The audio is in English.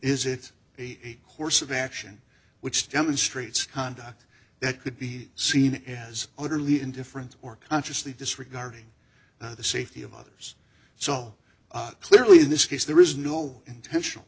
is it a course of action which demonstrates conduct that could be seen as utterly indifferent or consciously disregarding the safety of others so clearly in this case there is no intentional